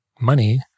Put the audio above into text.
money